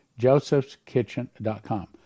Joseph'sKitchen.com